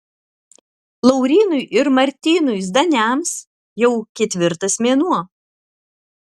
laurynui ir martynui zdaniams jau ketvirtas mėnuo